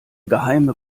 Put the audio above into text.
geheime